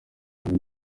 hanze